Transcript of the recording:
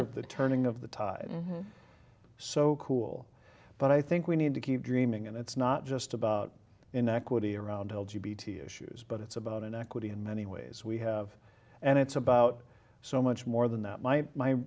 of the turning of the tide so cool but i think we need to keep dreaming and it's not just about inequity around l g b t issues but it's about inequity in many ways we have and it's about so much more than that my my